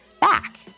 back